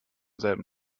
selben